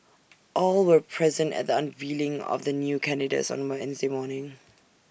all were present at the unveiling of the new candidates on Wednesday morning